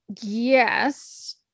Yes